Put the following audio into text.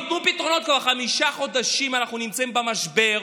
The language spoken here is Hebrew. כבר חמישה חודשים אנחנו נמצאים במשבר,